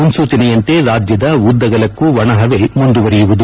ಮುನ್ನೂಚನೆಯಂತೆ ರಾಜ್ಯದ ಉದ್ದಗಲಕ್ಕೂ ಒಣಹವೆ ಮುಂದುವರೆಯಲಿದೆ